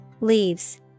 Leaves